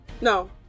No